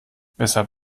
weshalb